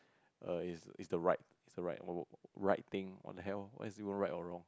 err is is the right is the right right right thing what the hell why is it right or wrong